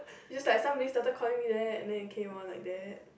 just like somebody started calling me that and then it came on like that